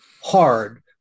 hard